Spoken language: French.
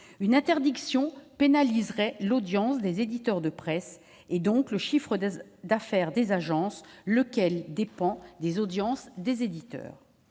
une interdiction pénaliserait l'audience des éditeurs de presse, donc le chiffre d'affaires des agences, lequel dépend des audiences des éditeurs.